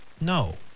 no